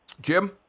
Jim